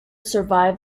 survived